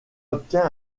obtient